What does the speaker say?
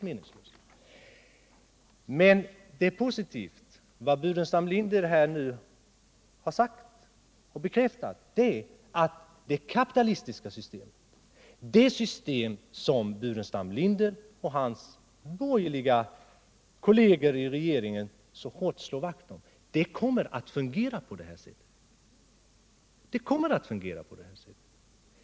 Men positivt är att herr Burenstam Linder här sagt och bekräftat att det kapitalistiska systemet, det system som herr Burenstam Linder och hans borgerliga regering så hårt slår vakt om, kommer att fungera på det här sättet.